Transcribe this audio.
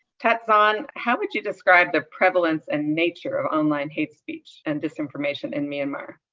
that zon, how would you describe the prevalence and nature of online hate speech and disinformation in myanmar?